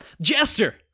Jester